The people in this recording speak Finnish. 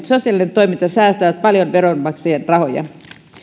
sosiaalinen toiminta säästävät paljon veronmaksajien rahoja